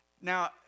Now